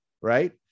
right